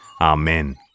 Amen